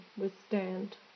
withstand